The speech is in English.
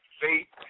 faith